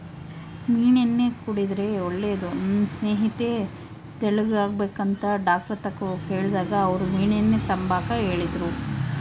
ಮೀನೆಣ್ಣೆ ಕುಡುದ್ರೆ ಒಳ್ಳೇದು, ನನ್ ಸ್ನೇಹಿತೆ ತೆಳ್ಳುಗಾಗ್ಬೇಕಂತ ಡಾಕ್ಟರ್ತಾಕ ಕೇಳ್ದಾಗ ಅವ್ರು ಮೀನೆಣ್ಣೆ ತಾಂಬಾಕ ಹೇಳಿದ್ರು